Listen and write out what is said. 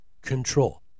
control